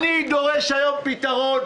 אני דורש היום פתרון.